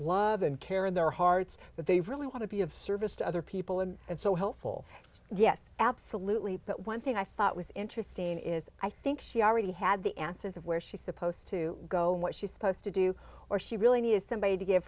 love and care in their hearts but they really want to be of service to other people and and so helpful yes absolutely but one thing i thought was interesting is i think she already had the answers of where she's supposed to go and what she's supposed to do or she really needs somebody to give